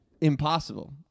impossible